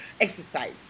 exercise